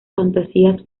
fantasías